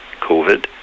COVID